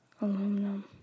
Aluminum